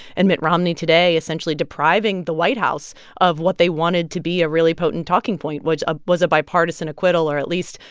and mitt romney today, essentially depriving the white house of what they wanted to be a really potent talking point, which ah was a bipartisan acquittal or, at least,